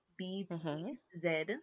B-B-Z